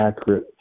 accurate